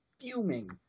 fuming